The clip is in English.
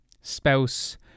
spouse